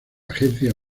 agencia